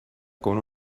con